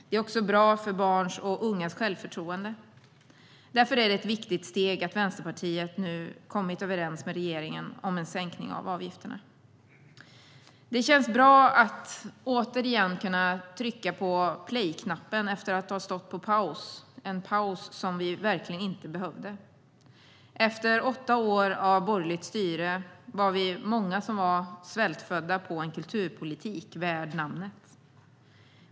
Det är också bra för barns och ungas självförtroende. Därför är det ett viktigt steg att Vänsterpartiet nu kommit överens med regeringen om en sänkning av avgifterna. Det känns bra att återigen kunna trycka på playknappen efter att ha stått på paus, en paus som vi verkligen inte behövde. Efter åtta år av borgerligt styre var vi många som var svältfödda på en kulturpolitik värd namnet.